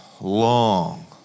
long